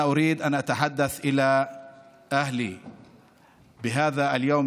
(אומר דברים בשפה הערבית,